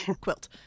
Quilt